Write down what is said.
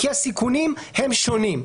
כי הסיכונים הם שונים.